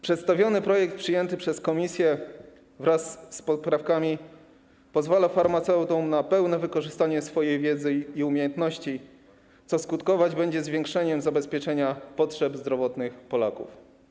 Przedstawiony projekt przyjęty przez komisję wraz z poprawkami pozwala farmaceutom na pełne wykorzystanie swojej wiedzy i umiejętności, co skutkować będzie zwiększeniem zabezpieczenia potrzeb zdrowotnych Polaków.